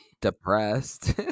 depressed